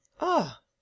Ah